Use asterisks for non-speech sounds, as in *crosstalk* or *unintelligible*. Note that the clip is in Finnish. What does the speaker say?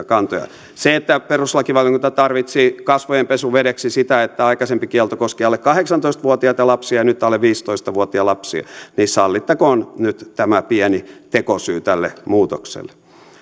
*unintelligible* kantojaan kun perustuslakivaliokunta tarvitsi kasvojen pesuvedeksi sitä että aikaisempi kielto koski alle kahdeksantoista vuotiaita lapsia ja nyt alle viisitoista vuotiaita lapsia niin sallittakoon nyt tämä pieni tekosyy tälle muutokselle